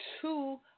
two